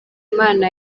imana